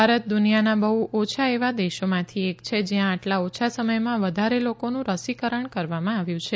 ભારત દુનિયાના બહુ ઓછા એવા દેશોમાંથી એક છે જ્યાં આટલા ઓછા સમયમાં વધારે લોકોનું રસીકરણ કરવામાં આવ્યું છે